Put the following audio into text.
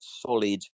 solid